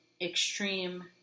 extreme